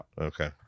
okay